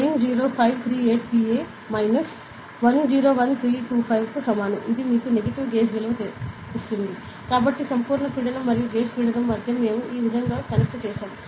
కాబట్టి ఇది 90538 Pa 101325 కు సమానం ఇది మీకు నెగటివ్ గేజ్ విలువను ఇస్తుంది కాబట్టి సంపూర్ణ పీడనం మరియు గేజ్ పీడనం మధ్య మేము ఈ విధంగా కనెక్ట్ చేసాం